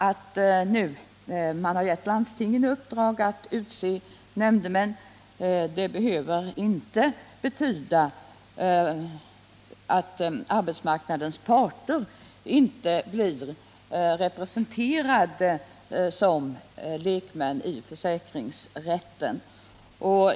Att man nu gett landstingen i uppdrag att utse nämndemän behöver inte betyda att arbetsmarknadens parter inte blir representerade som lekmän i försäkringsrätterna.